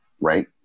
right